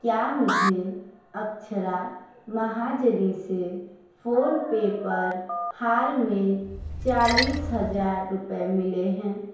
क्या मुझे अक्षरा महाजनी से फोनपे पर हाल में चालीस हज़ार रुपये मिले हैं